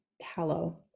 tallow